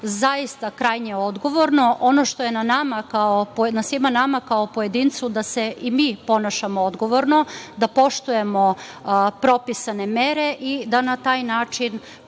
zaista krajnje odgovorno. Ono što je na svima nama kao pojedincima je da se i mi ponašamo odgovorno, da poštujemo propisane mere i da na taj način